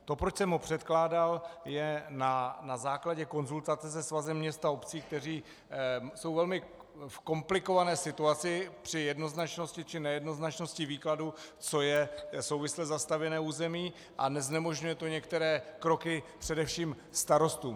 To, proč jsem ho předkládal, je na základě konzultace se Svazem měst a obcí, které jsou ve velmi komplikované situaci při jednoznačnosti či nejednoznačnosti výkladu, co je souvisle zastavěné území, a znemožňuje to některé kroky především starostům.